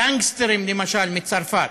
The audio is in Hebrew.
גנגסטרים, למשל, מצרפת.